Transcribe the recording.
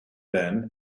been